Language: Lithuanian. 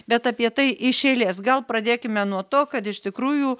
bet apie tai iš eilės gal pradėkime nuo to kad iš tikrųjų